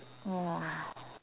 ah